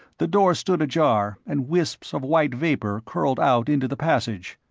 the door stood ajar and wisps of white vapor curled out into the passage.